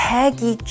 Peggy